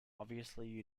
obviously